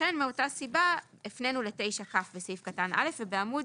לכן מאותה סיבה הפנינו לסעיף 9כ בסעיף קטן (א) ובעמוד